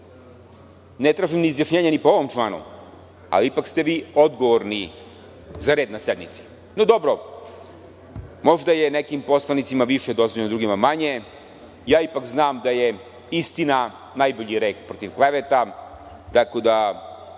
ne tražim izjašnjenje ni po ovom članu, ali ipak ste vi odgovorni za red na sednici. No, dobro, možda je nekim poslanicima više dozvoljeno, a drugima manje. Ja ipak znam da je istina najbolji lek protiv kleveta, tako da